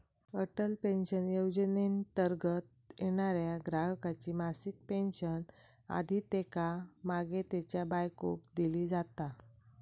Atal pension योजनेंतर्गत येणाऱ्या ग्राहकाची मासिक पेन्शन आधी त्येका मागे त्येच्या बायकोक दिली जाता